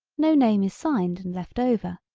no name is signed and left over,